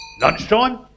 Lunchtime